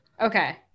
Okay